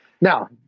Now